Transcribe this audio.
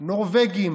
נורבגים,